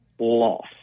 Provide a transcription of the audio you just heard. Loss